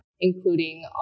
including